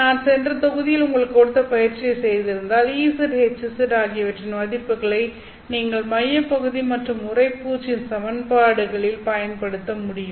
நான் சென்ற தொகுதியில் உங்களுக்கு கொடுத்த பயிற்சியை செய்திருந்தால் Ez Hz ஆகியவற்றின் மதிப்புகளை நீங்கள் மையப்பகுதி மற்றும் உறைபூச்சின் சமன்பாடுகளில் பயன்படுத்த முடியும்